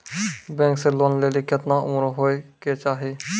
Bank से loan लेली केतना उम्र होय केचाही?